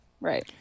Right